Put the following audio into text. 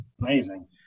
amazing